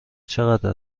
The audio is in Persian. چقدر